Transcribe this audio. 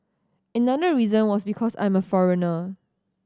another reason was because I'm a foreigner